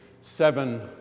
seven